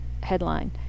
headline